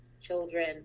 children